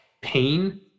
pain